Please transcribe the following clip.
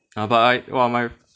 ya but I !wah! mine